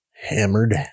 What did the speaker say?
hammered